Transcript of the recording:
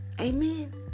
Amen